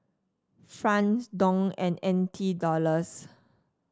franc Dong and N T Dollars